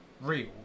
real